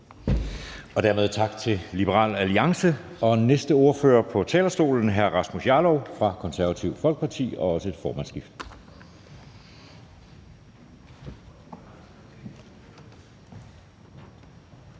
Dermed tak til Liberal Alliance. Den næste ordfører på talerstolen er hr. Rasmus Jarlov, Det Konservative Folkeparti. Kl. 14:36 (Ordfører)